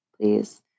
please